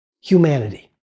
humanity